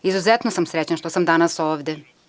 Izuzetno sam srećan što sam danas ovde.